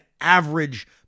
average